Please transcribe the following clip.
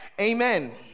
Amen